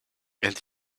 and